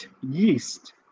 yeast